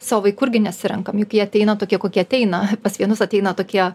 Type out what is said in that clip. savo vaikų irgi nesirenkam juk jie ateina tokie kokie ateina pas vienus ateina tokie